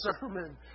sermon